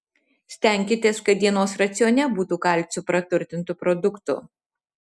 stenkitės kad dienos racione būtų kalciu praturtintų produktų